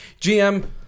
GM